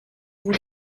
vous